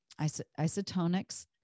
isotonics